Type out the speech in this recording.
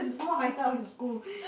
small hideout in school